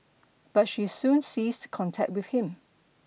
but she soon ceased contact with him